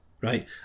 right